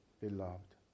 beloved